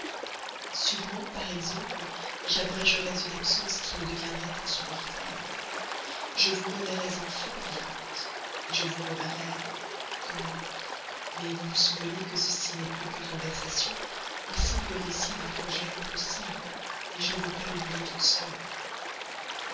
sûrement par exemple j'abrégerais une absence qui me deviendrait insupportable je vous reverrais enfin vicomte je vous reverrais comment mais vous vous souvenez que ceci n'est plus qu'une conversation un simple récit d'un projet impossible je ne veux pas l'oublier toute seule